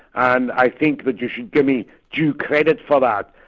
and i think that you should give me due credit for that.